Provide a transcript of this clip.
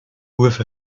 with